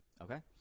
Okay